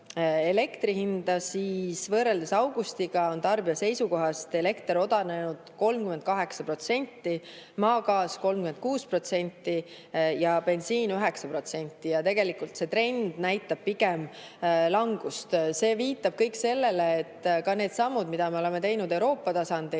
elektri hinda, siis võrreldes augustiga on tarbija seisukohast elekter odavnenud 38%, maagaas 36% ja bensiin 9%. Tegelikult see trend näitab pigem langust. See viitab sellele, et ka need sammud, mida me oleme teinud Euroopa tasandil,